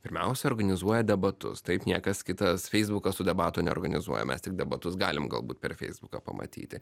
pirmiausia organizuoja debatus taip niekas kitas feisbukas tų debatų neorganizuoja mes tik debatus galim galbūt per feisbuką pamatyti